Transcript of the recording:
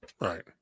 Right